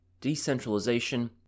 decentralization